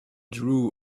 drew